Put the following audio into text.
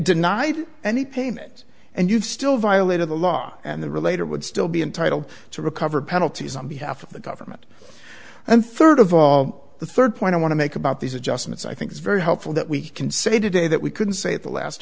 denied any payment and you've still violated the law and the relator would still be entitled to recover penalties on behalf of the government and third of all the third point i want to make about these adjustments i think is very helpful that we can say today that we couldn't say the last